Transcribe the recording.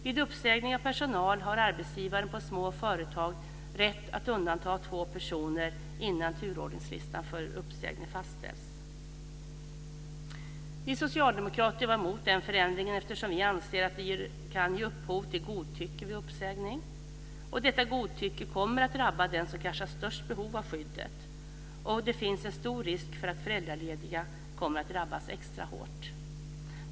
Vid uppsägning av personal har arbetsgivare på små företag rätt att undanta två personer innan turordningslistan för uppsägning fastställs. Vi socialdemokrater var emot den förändringen, eftersom vi anser att det kan ge upphov till godtycke vid uppsägning. Detta godtycke kommer att drabba den som kanske har störst behov av skydd. Det finns en stor risk för att föräldralediga kommer att drabbas extra hårt.